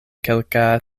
kelka